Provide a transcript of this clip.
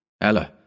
Ella